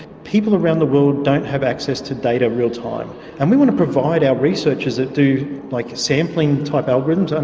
people around the world don't have access to data real-time, and we want to provide our researchers that do like sampling type algorithms, um